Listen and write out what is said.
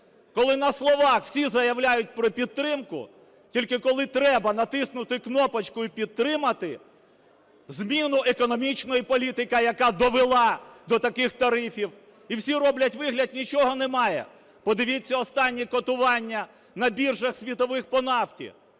коли на словах всі заявляють про підтримку, тільки коли треба натиснути кнопочку і підтримати зміну економічної політики, яка довела до таких тарифів, і всі роблять вигляд, нічого немає. Подивіться останні котування на біржах світових по нафті